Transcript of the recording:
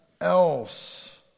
else